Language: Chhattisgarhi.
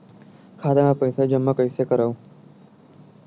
खाता म पईसा जमा कइसे करव?